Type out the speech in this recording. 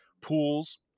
pools